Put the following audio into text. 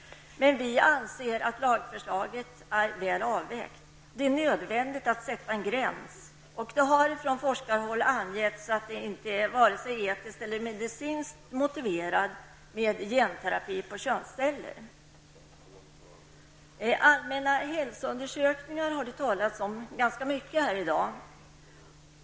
Vi anser att lagförslaget är väl avvägt. Det är nödvändigt att sätta en gräns. Det har från forskarhåll angetts att det inte är vare sig etiskt eller medicinskt motiverat med genterapi på könsceller. Allmänna hälsoundersökningar med hjälp av genterapi har det talats om ganska mycket här i dag.